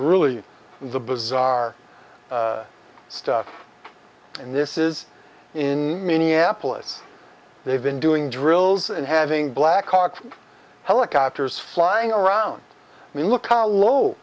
really the bizarre stuff and this is in minneapolis they've been doing drills and having blackhawk helicopters flying around the look how low